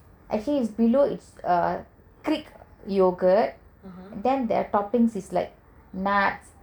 actually is below is greek yogurt then their toppings is like nuts